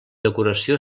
decoració